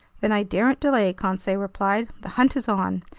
then i daren't delay, conseil replied. the hunt is on!